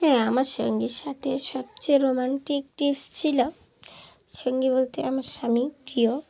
হ্যাঁ আমার সঙ্গীর সাথে সবচেয়ে রোম্যান্টিক টিপস ছিল সঙ্গী বলতে আমার স্বামী প্রিয়